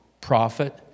prophet